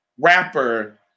rapper